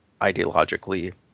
ideologically